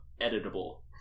editable